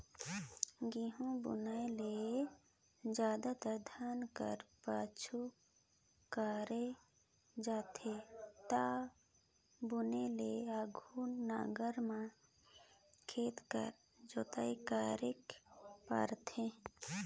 गहूँ बुनई ल जादातर धान कर पाछू करल जाथे ता बुने ले आघु नांगर में खेत कर जोताई करेक परथे